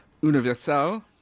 Universal